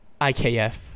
IKF